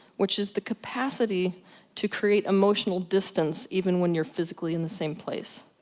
which is the capacity to create emotional distance even when you're physically in the same place.